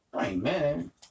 Amen